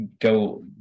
Go